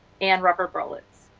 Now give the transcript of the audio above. and rubber bullets.